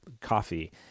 coffee